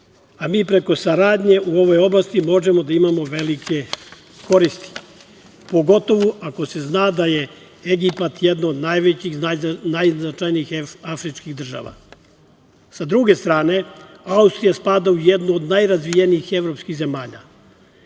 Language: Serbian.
a mi preko saradnje u ovoj oblasti možemo da imamo velike koristi, pogotovo ako se zna da je Egipat jedna od najvećih i najznačajnijih afričkih država. Sa druge strane, Austrija spada u jednu od najrazvijenijih evropskih zemalja